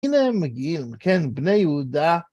הנה הם מגיעים, כן, בני יהודה.